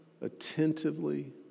attentively